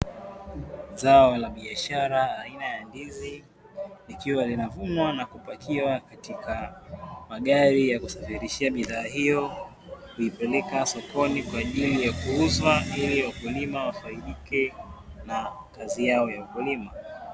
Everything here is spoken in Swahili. Zao la biashara aina ya ndizi, likiwa linavunwa na kupakiwa katika gari ya kusafirishia bidhaa hiyo kuipeleka sokoni, kwa ajili ya kuuzwa ili wakulima wafaidike na kazi yao ya ukulima.